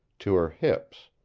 to her hips.